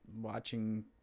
watching